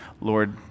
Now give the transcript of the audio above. Lord